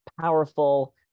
powerful